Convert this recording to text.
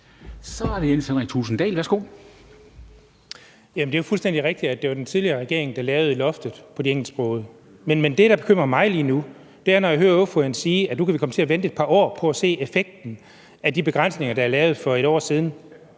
Kl. 10:17 Jens Henrik Thulesen Dahl (DF): Det er fuldstændig rigtigt, at det var den tidligere regering, der lavede loftet over de engelsksprogede. Men det, der bekymrer mig lige nu, er, når jeg hører ordføreren sige, at nu kan vi komme til at vente et par år på at se effekten af de begrænsninger, der er lavet for et år siden.